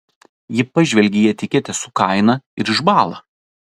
ji pažvelgia į etiketę su kaina ir išbąla